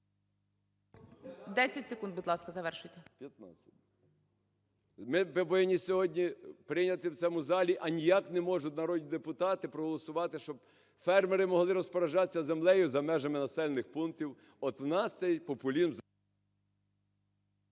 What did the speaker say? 10 секунд, будь ласка, завершуйте.